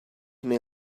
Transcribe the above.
may